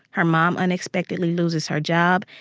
her mom unexpectedly loses her job,